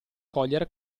cogliere